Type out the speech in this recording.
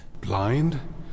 Blind